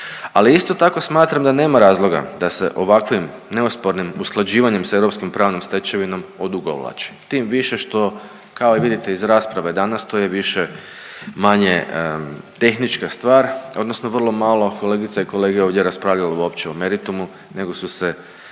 ali isto tako smatram da nema razloga da se ovakvim neospornim usklađivanjem s europskom pravnom stečevinom odugovlači, tim više što, kao i vidite iz rasprave danas to je više-manje tehnička stvar odnosno vrlo malo kolegica i kolega je ovdje raspravljalo uopće o meritumu nego su se